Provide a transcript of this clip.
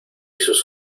sus